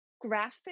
graphic